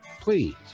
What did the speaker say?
Please